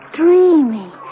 dreamy